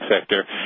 sector